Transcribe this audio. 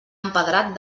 empedrat